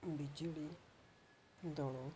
ବି J D ଦଳ